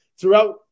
throughout